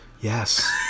Yes